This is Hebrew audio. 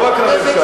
לא רק לממשלה.